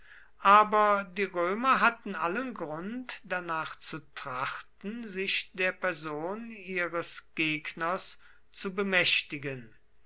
aber die römer hatten allen grund danach zu trachten sich der person ihres gegners zu bemächtigen